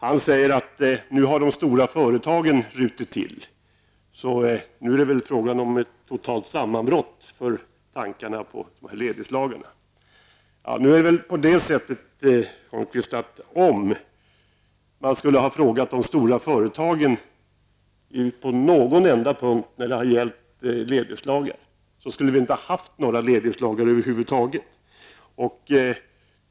Han säger att nu har de stora företagen rutit till, så nu är det väl fråga om totalt sammanbrott för tankarna på ledighetslagarna. Nu är det väl på det sättet, Erik Holmkvist, att om man hade frågat de stora företagen angående någon enda punkt när det gäller ledighetslagarna skulle vi inte ha haft några ledighetslagar över huvud taget.